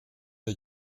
der